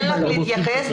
מקובלות.